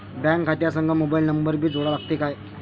Bank खात्या संग mobile number भी जोडा लागते काय?